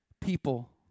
people